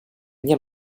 nie